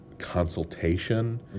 consultation